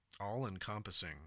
all-encompassing